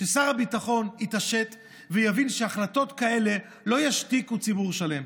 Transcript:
ששר הביטחון יתעשת ויבין שהחלטות כאלה לא ישתיקו ציבור שלם.